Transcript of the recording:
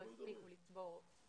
לא הספיקו לצבור תקופת אכשרה.